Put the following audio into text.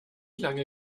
lange